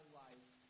life